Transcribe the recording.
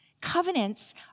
Covenants